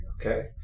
okay